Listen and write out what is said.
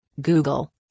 Google